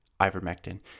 ivermectin